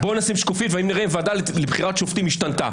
בוא נשים שקופית ונראה אם הוועדה לבחירת שופטים השתנתה.